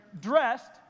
dressed